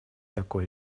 такое